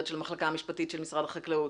של המחלקה המשפטית של משרד החקלאות?